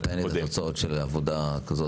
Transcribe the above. מתי נדע את התוצאות של עבודה כזאת?